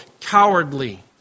cowardly